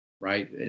right